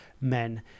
men